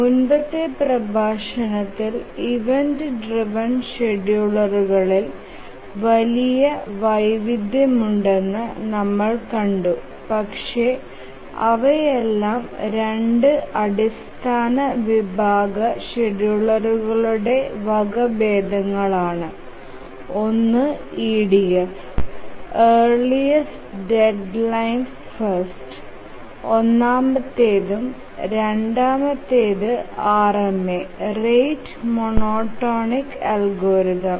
മുമ്പത്തെ പ്രഭാഷണത്തിൽ event driven ഷെഡ്യൂളറുകളിൽ വലിയ വൈവിധ്യമുണ്ടെന്ന് നമ്മൾ കണ്ടു പക്ഷേ അവയെല്ലാം 2 അടിസ്ഥാന വിഭാഗ ഷെഡ്യൂളറുകളുടെ വകഭേദങ്ങളാണ് ഒന്ന് EDF ഏർലിസ്റ് ഡെഡ്ലൈൻ ഫസ്റ്റ് ഒന്നാമത്തേതും രണ്ടാമത്തേത് RMA റേറ്റ് മോണോടോണിക് അൽഗോരിതം